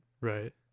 Right